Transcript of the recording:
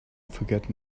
forget